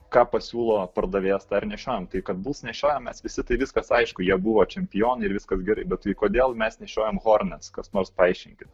ką pasiūlo pardavėjas tą ir mešiojom tai kad buls nešiojom mes visi tai viskas aišku jie buvo čempionai ir viskas gerai bet tai kodėl mes nešiojom hornec kas nors paaiškinkit